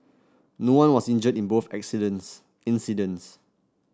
no one was injured in both incidents